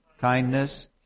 kindness